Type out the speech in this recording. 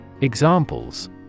Examples